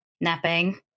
Napping